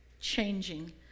Changing